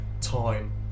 time